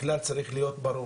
והכלל צריך להיות ברור